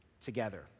together